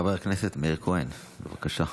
חבר הכנסת מאיר כהן, בבקשה.